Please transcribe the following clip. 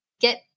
get